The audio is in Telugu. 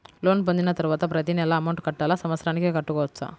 లోన్ పొందిన తరువాత ప్రతి నెల అమౌంట్ కట్టాలా? సంవత్సరానికి కట్టుకోవచ్చా?